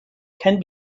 can